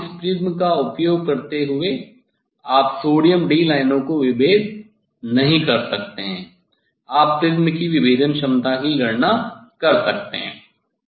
तो इस प्रिज्म का उपयोग करते हुए आप सोडियम D लाइनों को विभेद नहीं कर सकते हैं आप प्रिज्म की विभेदन क्षमता की गणना कर सकते हैं